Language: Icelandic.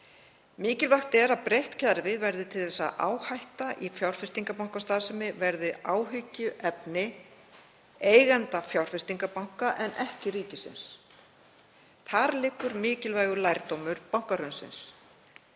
Mikilvægt er að breytt kerfi verði til þess að áhætta í fjárfestingarbankastarfsemi verði áhyggjuefni eigenda fjárfestingarbanka en ekki ríkisins. Þar liggur mikilvægur lærdómur bankahrunsins.